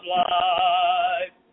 life